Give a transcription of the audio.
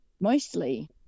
mostly